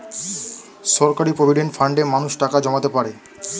সরকারি প্রভিডেন্ট ফান্ডে মানুষ টাকা জমাতে পারে